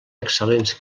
excel·lents